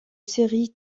séries